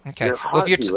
Okay